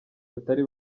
batari